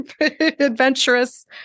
adventurous